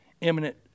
imminent